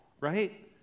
right